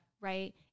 Right